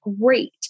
great